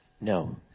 No